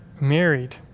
married